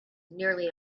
nearly